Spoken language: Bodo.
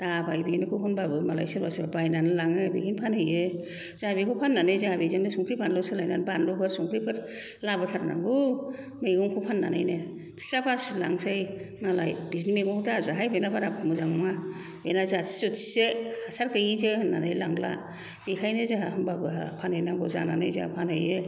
दाबाय बेनिखौ होनबाबो मालाय सोरबा सोरबा बायनानै लाङो बेखौनो फानहैयो जोंहा बेखौनो फाननानै जोंहा बेजोंनो संख्रि फानलु सोलायनानै बानलुफोर संख्रिफोर लाबोथारनांगौ मैगंखौ फाननानैनो बिस्रा बासिलांसै मालाय बिनि मैगंखौ दाजाहाय बिना बारा मोजां नङा बेना जाथि जुथिसो हासार गैयैसो होननानै लांला बेखायनो जोंहा होनबाबो फानहैनांगौ जानानै जोंहा फानहैयो